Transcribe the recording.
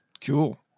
Cool